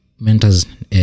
mentors